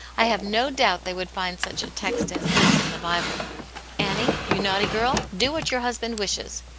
i have no doubt they would find such a text as this in the bible annie, you naughty girl, do what your husband wishes